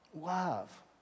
Love